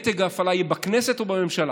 מתג ההפעלה יהיה בכנסת או בממשלה?